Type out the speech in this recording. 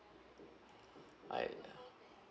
I uh